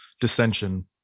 dissension